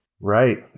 Right